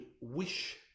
wish